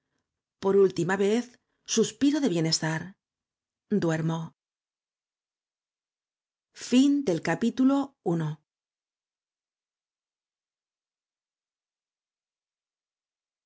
por última vez suspiro de bienestar duermo